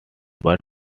but